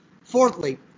Fourthly